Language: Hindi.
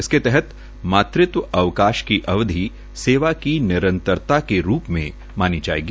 इसके तहत मातृत्व अवकाश की अवधि सेवा की नितरंता के रूप में मानी जायेगी